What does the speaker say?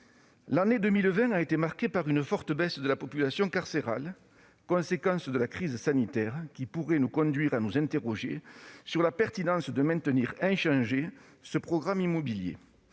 L'année 2020 a été marquée par une forte baisse de la population carcérale, consécutive à la crise sanitaire, qui pourrait nous conduire à nous interroger sur la pertinence de maintenir ce programme immobilier